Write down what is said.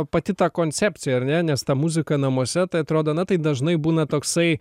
pati ta koncepcija ar ne nes ta muzika namuose tai atrodo na tai dažnai būna toksai